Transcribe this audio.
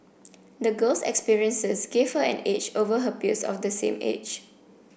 the girl's experiences gave her an edge over her peers of the same age